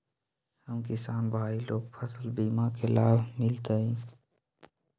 हम किसान भाई लोग फसल बीमा के लाभ मिलतई?